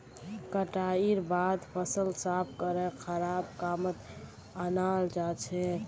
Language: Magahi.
कटाईर बादे फसल साफ करे खाबार कामत अनाल जाछेक